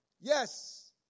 Yes